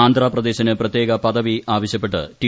ആന്ധ്രാപ്രദേശിന് പ്രത്യേക പദവി ആവശ്യപ്പെട്ടാണ് ടി